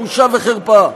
בושה וחרפה.